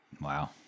Wow